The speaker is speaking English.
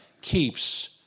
keeps